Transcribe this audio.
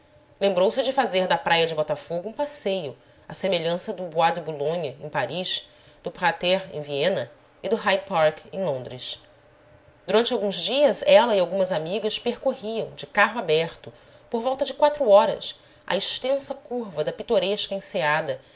lembrou-se de fazer da praia de botafogo um passeio à semelhança dos bois de boulogne em paris do prater em viena e do hyde park em londres durante alguns dias ela e algumas amigas percorriam de carro aberto por volta de quatro horas a extensa curva da pitoresca enseada